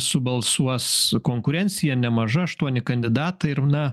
subalsuos konkurencija nemaža aštuoni kandidatai ir na